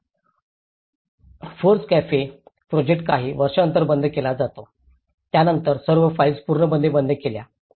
हा फॉरेकॅफे प्रोजेक्ट काही वर्षानंतर बंद केला जातो त्यानंतर सर्व फाईल्स पूर्णपणे बंद केल्या